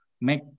make